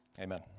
Amen